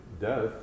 death